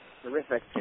Terrific